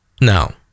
Now